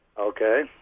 Okay